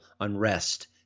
unrest